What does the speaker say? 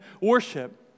worship